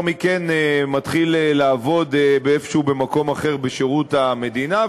מכן מתחיל לעבוד איפשהו במקום אחר בשירות המדינה,